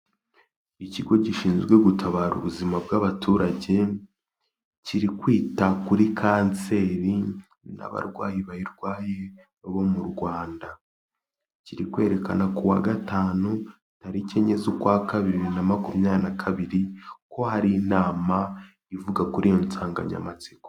Ikigo gishinzwe gutabara ubuzima bw'abaturage kiri kwita kuri kanseri n'abarwayi bayirwaye bo mu Rwanda, kiri kwerekana ku wa gatanu tariki enye z'ukwa kabiri bibiri na makumyabiri na kabiri ko hari inama ivuga kuri iyo nsanganyamatsiko.